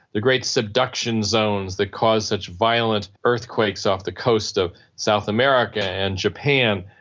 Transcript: the great subduction zones that cause such violent earthquakes off the coast of south america and japan,